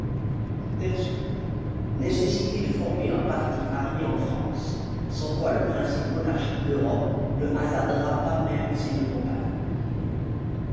nécessité de former un parti armé en france sans quoi le principe monarchique d'europe ne hasardera pas même ces deux campagnes